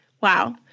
Wow